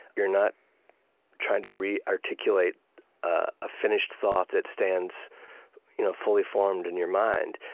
you're not trying to rearticulate a finished thought that stands you know fully formed in your mind.